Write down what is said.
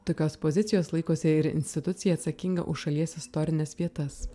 tokios pozicijos laikosi ir institucija atsakinga už šalies istorines vietas